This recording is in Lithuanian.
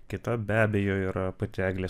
kita be abejo yra pati eglė